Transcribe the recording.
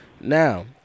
Now